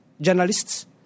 journalists